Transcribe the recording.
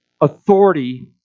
authority